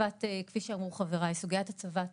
כפי שאמרו חבריי, סוגיית הצבת שוטרים,